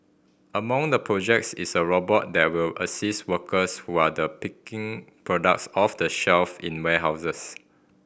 among the projects is a robot that will assist workers who are the picking products off the shelf in warehouses